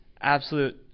Absolute